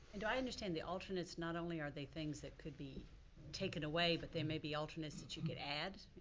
and do i understand the alternates, not only are they things that could be taken away, but there may be alternates that you could add?